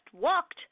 walked